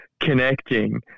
connecting